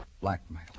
Blackmail